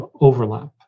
overlap